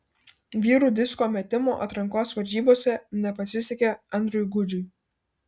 vyrų disko metimo atrankos varžybose nepasisekė andriui gudžiui